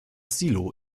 silo